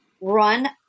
run